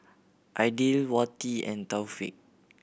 Aidil Wati and Taufik